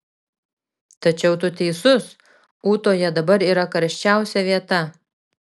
tačiau tu teisus ūtoje dabar yra karščiausia vieta